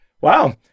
Wow